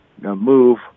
move